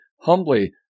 humbly